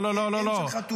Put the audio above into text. לא, לא, לא.